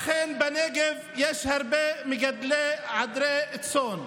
אכן בנגב יש הרבה מגדלי עדרי צאן,